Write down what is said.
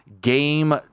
game